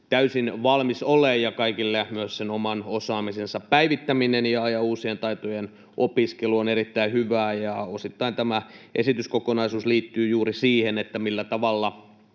täysin valmis ole ja kaikille myös oman osaamisen päivittäminen ja uusien taitojen opiskelu on erittäin hyvä. Osittain tämä esityskokonaisuus liittyy juuri siihen, millä tavalla